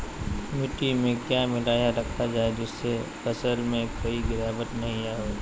मिट्टी में क्या मिलाया रखा जाए जिससे फसल में कोई गिरावट नहीं होई?